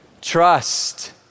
trust